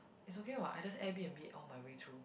it's okay what I just air-b_n_b all my way through